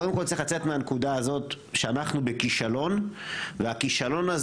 קודם כול צריך לצאת מהנקודה הזאת שאנחנו בכישלון והכישלון הזה